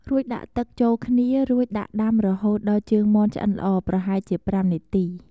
រួចដាក់ទឹកចូលគ្នារួចដាក់ដាំរហូតដល់ជើងមាន់ឆ្អឹនល្អ ប្រហែលជា ៥ នាទី។